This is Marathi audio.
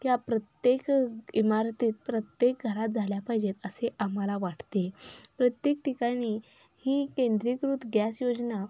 या प्रत्येक इमारतीत प्रत्येक घरात झाल्या पाहिजेत असे आम्हाला वाटते प्रत्येक ठिकाणी ही केंद्रीकृत गॅस योजना